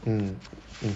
mm